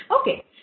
Okay